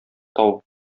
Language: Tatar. табып